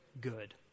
good